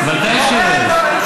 בוודאי שיש.